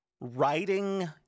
writing